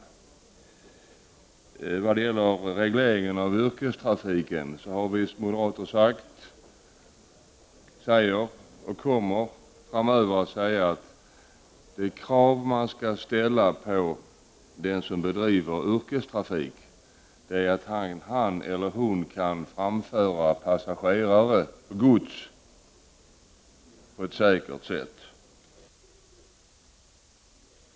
När det gäller regleringen av yrkestrafiken är det så att vi moderater har sagt, säger och kommer att säga framöver att de krav man skall ställa på dem som bedriver yrkestrafik är att de kan framföra passagerare och gods på ett säkert sätt.